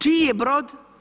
Čiji je brod?